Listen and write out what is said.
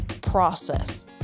process